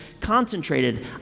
concentrated